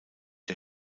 der